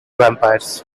vampires